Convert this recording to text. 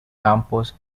campos